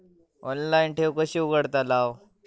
Online ठेव कशी उघडतलाव?